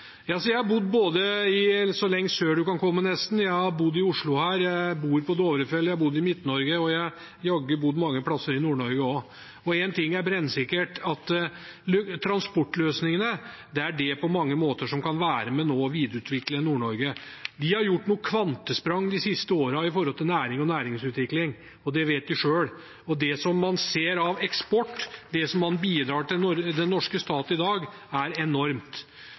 Jeg har bodd så langt sør som man nesten kan komme, jeg har bodd i Oslo, jeg bor på Dovrefjell, jeg har bodd i Midt-Norge, og jeg har jammen bodd mange plasser i Nord-Norge også. Én ting er brennsikkert: Transportløsningene er det som på mange måter nå kan være med på å videreutvikle Nord-Norge. De har gjort noen kvantesprang de siste årene når det gjelder næring og næringsutvikling – og det vet de selv. Det man ser av eksport, det som bidrar til den norske stat i dag, er enormt.